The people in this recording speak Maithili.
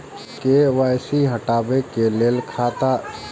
के.वाई.सी हटाबै के लैल खाता धारी के भी आबे परतै?